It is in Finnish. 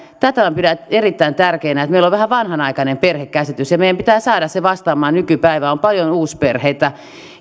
ja tätä minä pidän erittäin tärkeänä että meillä on vähän vanhanaikainen perhekäsitys ja meidän pitää saada se vastaamaan nykypäivää on paljon uusperheitä